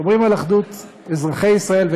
שומרים על אחדות אזרחי ישראל,